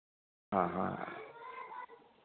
हाँ हाँ